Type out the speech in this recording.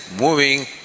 moving